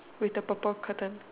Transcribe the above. with the purple curtain